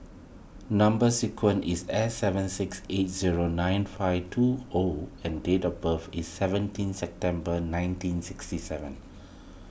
Number Sequence is S seven six eight zero nine five two O and date of birth is seventeen September nineteen sixty seven